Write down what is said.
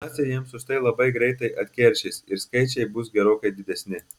naciai jiems už tai labai greitai atkeršys ir skaičiai bus gerokai didesni